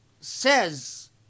says